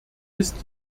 ist